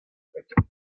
fecha